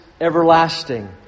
everlasting